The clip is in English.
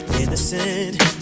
innocent